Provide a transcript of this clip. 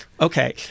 Okay